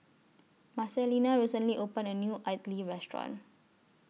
Marcelina recently opened A New Idly Restaurant